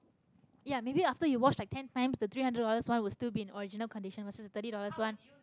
ya maybe after you wash like ten times the three hundred dollars one will still be in original condition versus the thirty dollars one